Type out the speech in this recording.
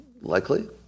likely